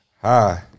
Hi